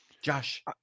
Josh